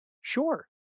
Sure